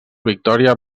victòria